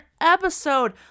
episode